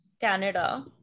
Canada